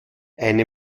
eine